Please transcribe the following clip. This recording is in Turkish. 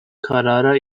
karara